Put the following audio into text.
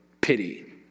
pity